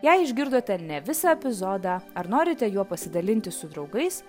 jei išgirdote ne visą epizodą ar norite juo pasidalinti su draugais